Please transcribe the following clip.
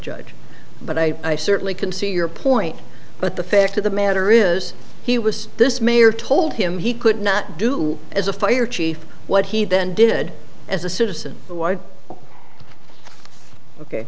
judge but i certainly can see your point but the fact of the matter is he was this mayor told him he could not do as a fire chief what he then did as a citizen